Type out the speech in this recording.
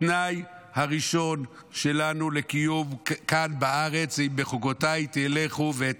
התנאי הראשון שלנו לקיום כאן בארץ הוא "בחקתי תלכו ואת